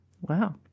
wow